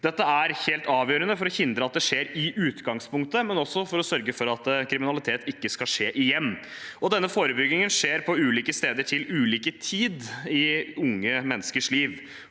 Dette er helt avgjørende for å hindre at det i utgangspunktet skjer, og for å sørge for at kriminalitet ikke skal skje igjen. Denne forebyggingen skjer på ulike steder til ulik tid i unge menneskers liv.